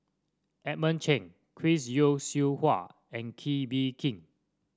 Edmund Cheng Chris Yeo Siew Hua and Kee Bee Khim